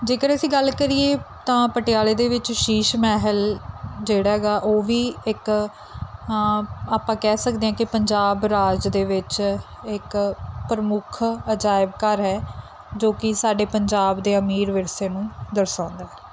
ਜੇਕਰ ਅਸੀਂ ਗੱਲ ਕਰੀਏ ਤਾਂ ਪਟਿਆਲੇ ਦੇ ਵਿੱਚ ਸ਼ੀਸ਼ ਮਹਿਲ ਜਿਹੜਾ ਹੈਗਾ ਉਹ ਵੀ ਇੱਕ ਆਪਾਂ ਕਹਿ ਸਕਦੇ ਹਾਂ ਕਿ ਪੰਜਾਬ ਰਾਜ ਦੇ ਵਿੱਚ ਇੱਕ ਪ੍ਰਮੁੱਖ ਅਜਾਇਬ ਘਰ ਹੈ ਜੋ ਕਿ ਸਾਡੇ ਪੰਜਾਬ ਦੇ ਅਮੀਰ ਵਿਰਸੇ ਨੂੰ ਦਰਸਾਉਂਦਾ